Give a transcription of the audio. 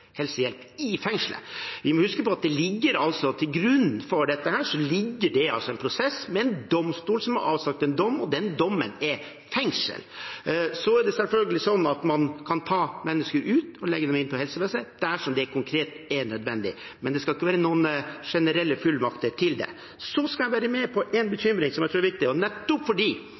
helsehjelp i fengslet. Vi må huske på at til grunn for dette ligger det en prosess med en domstol som har avsagt en dom, og den dommen er fengsel. Så kan man selvfølgelig ta mennesker ut og plassere dem i helsevesenet, dersom det konkret er nødvendig, men det skal ikke være noen generelle fullmakter om det. Jeg skal være med på én bekymring som jeg tror er viktig. Nettopp fordi